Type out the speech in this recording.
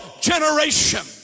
generation